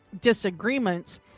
disagreements